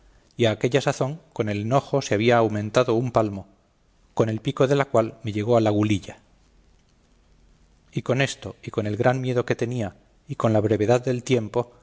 y a aquella sazón con el enojo se habían augmentado un palmo con el pico de la cual me llegó a la gulilla y con esto y con el gran miedo que tenía y con la brevedad del tiempo